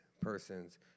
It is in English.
persons